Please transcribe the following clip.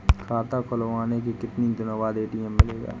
खाता खुलवाने के कितनी दिनो बाद ए.टी.एम मिलेगा?